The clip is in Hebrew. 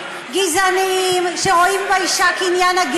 היא שכחה מה זה